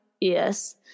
yes